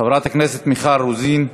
חברת הכנסת מיכל רוזין,